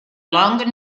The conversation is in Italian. long